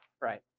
Right